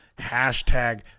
hashtag